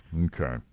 Okay